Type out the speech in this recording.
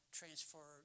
transfer